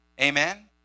Amen